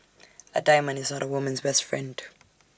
A diamond is not A woman's best friend